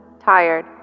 Tired